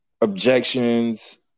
objections